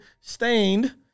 stained